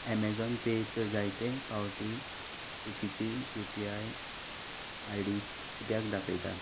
Amazon पेंत जायते फावटीं चुकीची यूपीआय आयडी कित्याक दाखयता